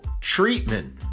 treatment